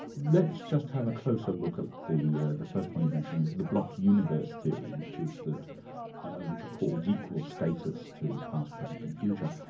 let's just have a closer look at at ah the first one you mentioned, the block universe theory which is that ah which are called equal status to past, present and future.